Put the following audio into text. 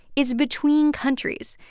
it's between countries.